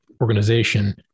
organization